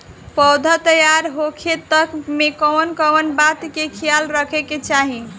पौधा तैयार होखे तक मे कउन कउन बात के ख्याल रखे के चाही?